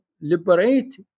liberate